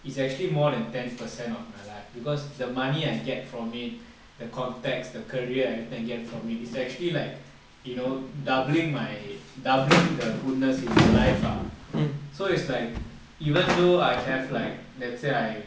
it's actually more than ten percent of my life because the money I get from it the context the career everything I get from it it's actually like you know doubling my doubling the goodness in life ah so it's like even though I have like let's say I